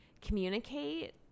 communicate